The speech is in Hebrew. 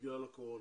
בגלל הקורונה.